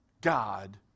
God